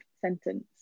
sentence